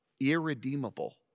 irredeemable